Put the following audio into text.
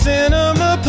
Cinema